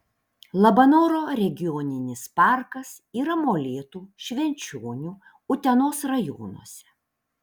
labanoro regioninis parkas yra molėtų švenčionių utenos rajonuose